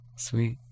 Sweet